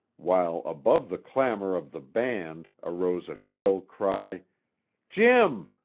while above the clamor of the band arose a shrill cry jim!